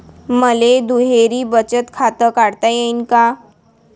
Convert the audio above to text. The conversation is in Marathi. मले दुहेरी बचत खातं काढता येईन का?